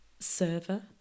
Server